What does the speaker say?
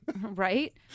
Right